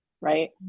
right